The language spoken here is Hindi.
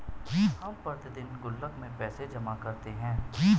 हम प्रतिदिन गुल्लक में पैसे जमा करते है